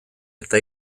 eta